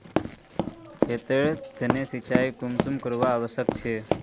खेतेर तने सिंचाई कुंसम करे आवश्यक छै?